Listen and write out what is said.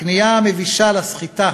הכניעה המבישה לסחיטה